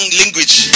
language